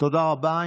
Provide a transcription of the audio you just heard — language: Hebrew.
תודה רבה.